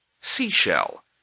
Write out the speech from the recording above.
Seashell